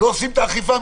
לא עושים את האכיפה?